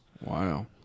Wow